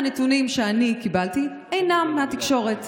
הנתונים שאני קיבלתי אינם מהתקשורת,